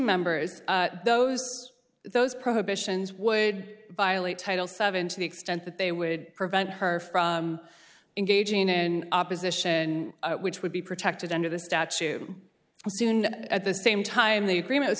members those those prohibitions would violate title seven to the extent that they would prevent her from engaging in opposition which would be protected under the statute as soon at the same time the agreement was